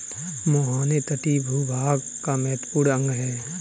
मुहाने तटीय भूभाग का महत्वपूर्ण अंग है